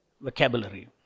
vocabulary